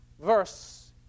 verse